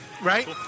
right